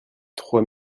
trois